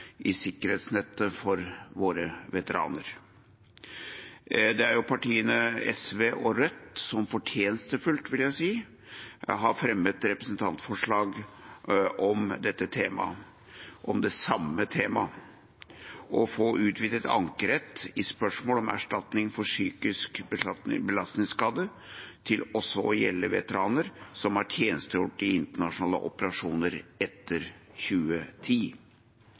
i sikkerhetsnettet for våre veteraner. Det er partiene SV og Rødt som fortjenestefullt, vil jeg si, har fremmet representantforslag om dette temaet – om det samme temaet, å få utvidet ankerett i spørsmål om erstatning for psykisk belastningsskade til også å gjelde veteraner som har tjenestegjort i internasjonale operasjoner etter 2010.